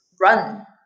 run